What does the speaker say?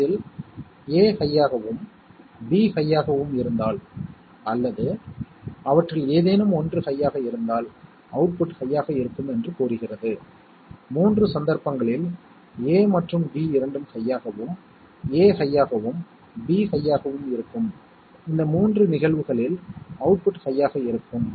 இந்த 4 நிகழ்வுகளில் மட்டும் 1 ஐ அளிக்கும் ஒரு சர்க்யூட்டை நாங்கள் உருவாக்கினோம் மற்ற சந்தர்ப்பங்களில் அது 0 ஐ அளிக்கப் போகிறது மேலும் அந்த வழியில் நாம் சம் இன் கணித செயல்பாட்டின் லாஜிக் பிரதிநிதித்துவத்தை உருவாக்கினோம்